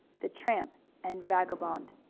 the tramp and vagabond.